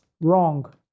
Wrong